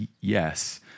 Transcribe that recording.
yes